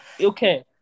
okay